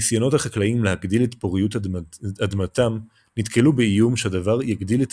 ניסיונות החקלאים להגדיל את פוריות אדמתם נתקלו באיום שהדבר יגדיל את